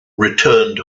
returned